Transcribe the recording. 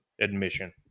admission